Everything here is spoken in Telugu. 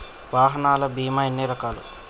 వాహనాల బీమా ఎన్ని రకాలు?